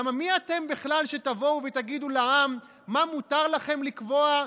למה מי אתם בכלל שתבואו ותגידו לעם מה מותר לכם לקבוע,